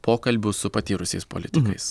pokalbių su patyrusiais politikais